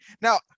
now